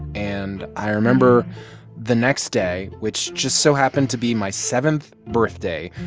and i remember the next day, which just so happened to be my seventh birthday.